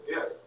Yes